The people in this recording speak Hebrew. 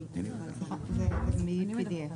הריבית של בנק ישראל והאינפלציה, החל מלפני כשנה,